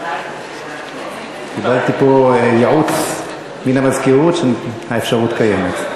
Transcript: קיבלתי פה ייעוץ מן המזכירות שהאפשרות קיימת.